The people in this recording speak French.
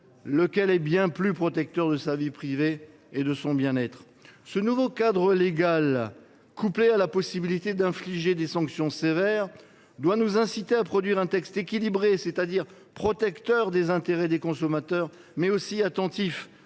régime bien plus protecteur de sa vie privée et de son bien être. Ce nouveau cadre légal, couplé à la possibilité d’infliger des sanctions sévères, doit nous inciter à produire un texte équilibré, c’est à dire à la fois protecteur des intérêts des consommateurs et attentif